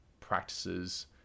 practices